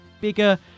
bigger